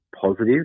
positive